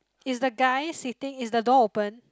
is the guy sitting is the door open